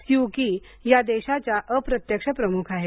स्यु की या देशाच्या अप्रत्यक्ष प्रमुख आहेत